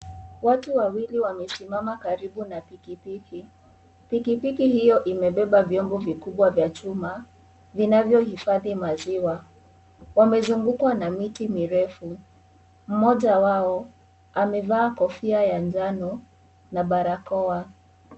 Watu wawili wamesimama karibu na pikipiki. Pikipiki hiyo imebeba vyombo vikubwa vya chuma vinavyohifadhi maziwa. Wamezungukwa na miti mirefu. Mmoja wao amevaa kofia ya njano na barakoa.